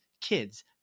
Kids